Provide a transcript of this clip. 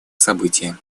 события